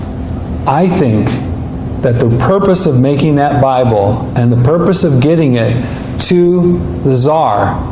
i think that the purpose of making that bible, and the purpose of getting it to the tsar,